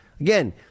Again